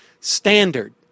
standard